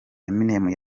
eminem